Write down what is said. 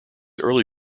early